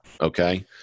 Okay